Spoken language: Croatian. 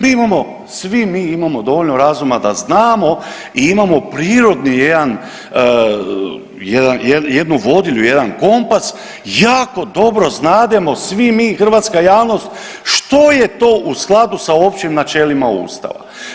Mi imamo svi mi imamo dovoljno razuma da znamo i imamo prirodni jedan, jednu vodilju, jedan kompas, jako dobro znademo, svi mi, hrvatska javnost što je to u skladu sa općim načelima Ustava.